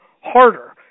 harder